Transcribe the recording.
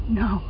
no